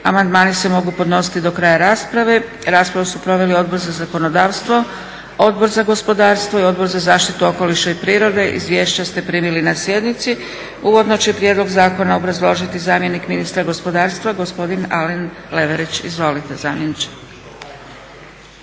Amandmani se mogu podnositi do kraja rasprave. Raspravu su proveli Odbor za zakonodavstvo, Odbor za gospodarstvo i Odbor za zaštitu okoliša i prirode. Izvješća ste primili na sjednici. Uvodno će prijedlog zakona obrazložiti zamjenik ministra gospodarstva, gospodin Alen Leverić. Izvolite zamjeniče.